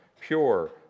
pure